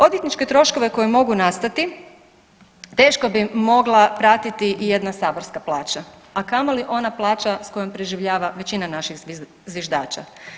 Odvjetničke troškove koji mogu nastati teško bi mogla pratiti i jedna saborska plaća,a kamoli ona plaća s kojom preživljava većina naših zviždača.